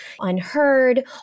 unheard